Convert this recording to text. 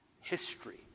History